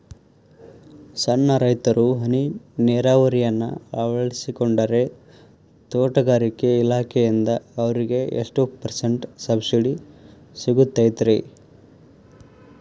ಸಣ್ಣ ರೈತರು ಹನಿ ನೇರಾವರಿಯನ್ನ ಅಳವಡಿಸಿಕೊಂಡರೆ ತೋಟಗಾರಿಕೆ ಇಲಾಖೆಯಿಂದ ಅವರಿಗೆ ಎಷ್ಟು ಪರ್ಸೆಂಟ್ ಸಬ್ಸಿಡಿ ಸಿಗುತ್ತೈತರೇ?